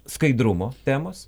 skaidrumo temos